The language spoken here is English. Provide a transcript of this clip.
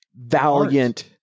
valiant